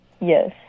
Yes